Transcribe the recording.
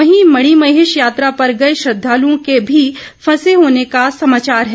वहीं मणिमहेश यात्रा पर गए श्रद्धालुओं के भी फंसे होने का भी समाचार है